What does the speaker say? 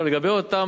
עכשיו, לגבי אותה